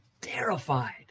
terrified